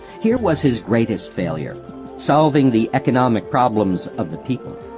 here was his greatest failure solving the economic problems of the people.